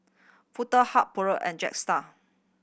Foto Hub Poulet and Jetstar